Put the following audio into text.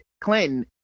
Clinton